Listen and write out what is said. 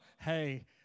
hey